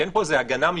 כי אין פה הגנה מיוחדת.